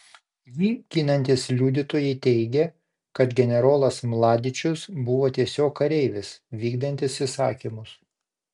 jį ginantys liudytojai teigia kad generolas mladičius buvo tiesiog kareivis vykdantis įsakymus